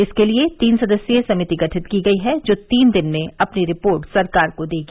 इसके लिए तीन सदस्यीय समिति गठित की गई है जो तीन दिन में अपनी रिपोर्ट सरकार को देगी